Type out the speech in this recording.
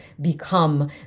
become